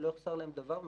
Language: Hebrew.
שלא יחסר להם דבר.